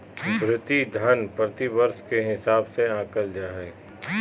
भृति धन प्रतिवर्ष के हिसाब से आँकल जा हइ